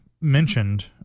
mentioned